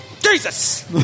Jesus